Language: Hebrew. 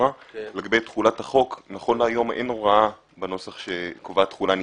אין הוראה בנוסח שקובעת תחולה נדחית.